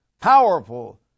Powerful